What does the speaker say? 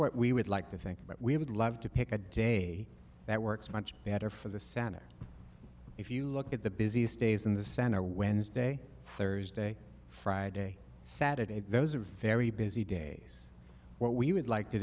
what we would like to think but we would love to pick a day that works much better for the center if you look at the busiest days in the center wednesday thursday friday saturday those are very busy days what we would like to